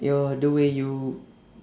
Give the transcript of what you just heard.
your the way you